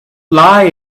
lie